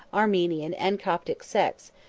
armenian, and coptic sects,